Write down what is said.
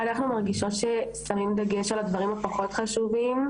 אנחנו מרגישות ששמים דגש על הדברים הפחות חשובים,